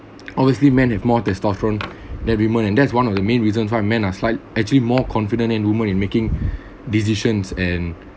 obviously men have more testosterone than women and that's one of the main reasons why men are slight actually more confident than women in making decisions and